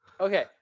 Okay